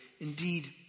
Indeed